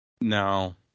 No